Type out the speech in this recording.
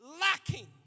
lacking